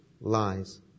lies